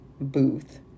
booth